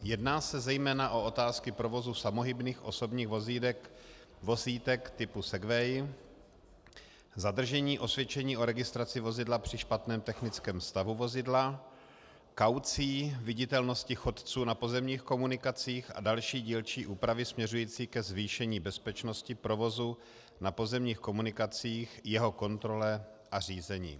Jedná se zejména o otázky provozu samohybných osobních vozítek typu segway, zadržení osvědčení o registraci vozidla při špatném technickém stavu vozidla, kaucí, viditelnosti chodců na pozemních komunikacích a další dílčí úpravy směřující ke zvýšení bezpečnosti provozu na pozemních komunikacích, jeho kontrole a řízení.